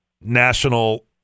national